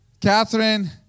Catherine